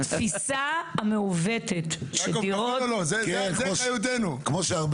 התפיסה המעוותת שהדיור הציבורי הוא איזה סוג של חסד,